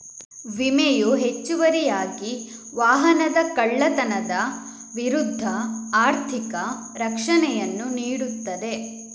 ವಿಮೆಯು ಹೆಚ್ಚುವರಿಯಾಗಿ ವಾಹನದ ಕಳ್ಳತನದ ವಿರುದ್ಧ ಆರ್ಥಿಕ ರಕ್ಷಣೆಯನ್ನು ನೀಡುತ್ತದೆ